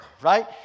right